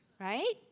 Right